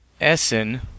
Essen